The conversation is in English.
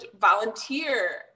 volunteer